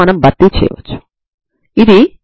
దీనినే మీరు కనుగొన్నారు